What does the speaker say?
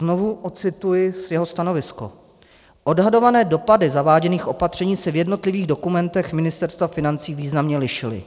Znovu ocituji jeho stanovisko: Odhadované dopady zaváděných opatření se v jednotlivých dokumentech Ministerstva financí významně lišily.